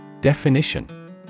Definition